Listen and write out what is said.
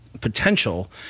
potential